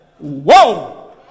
whoa